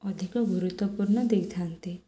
ଅଧିକ ଗୁରୁତ୍ୱପୂର୍ଣ୍ଣ ଦେଇଥାନ୍ତି